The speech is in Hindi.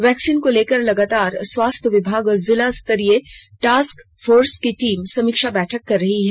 वैक्सीन को लेकर लगातार स्वास्थ्य विभाग और जिला स्तरीय टास्क फोर्स की टीम समीक्षा बैठक कर रही है